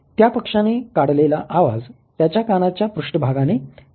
त्या पक्षाने काढलेला आवाज त्याच्या कानाच्या पृष्ठाभागाने ऐकला